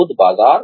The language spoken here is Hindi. खुद बाजार